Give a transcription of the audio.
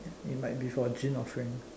it might be for a offering